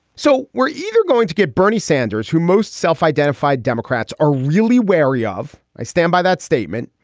so we're either going to get bernie sanders, who most self-identified democrats are really wary of. i stand by that statement.